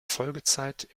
folgezeit